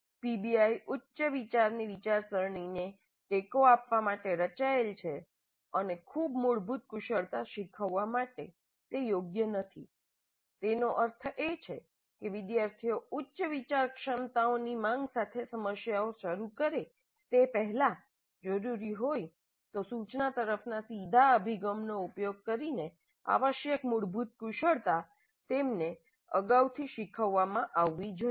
PBI ઉચ્ચ વિચારની વિચારસરણીને ટેકો આપવા માટે રચાયેલ છે અને ખૂબ મૂળભૂત કુશળતા શીખવવા માટે તે યોગ્ય નથી જેનો અર્થ એ છે કે વિદ્યાર્થીઓ ઉચ્ચ વિચાર ક્ષમતાઓની માંગ સાથે સમસ્યાઓ શરૂ કરે તે પહેલા જરૂરી હોય તો સૂચના તરફના સીધા અભિગમનો ઉપયોગ કરીને આવશ્યક મૂળભૂત કુશળતા તેમને અગાઉ શીખવવામાં આવવી જોઈએ